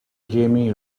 jaime